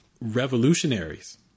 revolutionaries